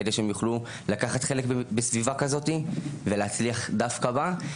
כדי שהם יוכלו לקחת חלק בסביבה כזאת ולהצליח דווקא בה.